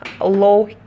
low